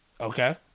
Okay